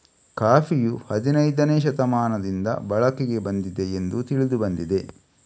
ಕಾಫಿಯು ಹದಿನೈದನೇ ಶತಮಾನದಿಂದ ಬಳಕೆಗೆ ಬಂದಿದೆ ಎಂದು ತಿಳಿದು ಬಂದಿದೆ